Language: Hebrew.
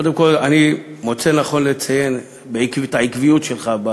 קודם כול, אני מוצא לנכון לציין את העקביות שלך,